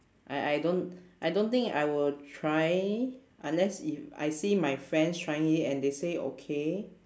I I don't I don't think I will try unless if I see my friends trying it and they say okay